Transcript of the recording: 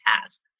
task